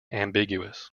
ambiguous